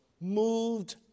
moved